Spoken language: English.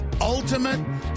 ultimate